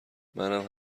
منم